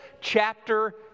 chapter